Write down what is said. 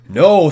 no